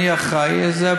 אני אחראי לזה,